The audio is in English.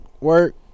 work